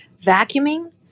vacuuming